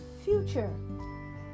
future